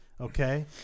okay